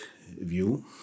view